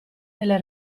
delle